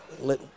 Let